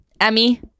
Emmy